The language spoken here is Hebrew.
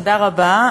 תודה רבה.